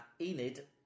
Enid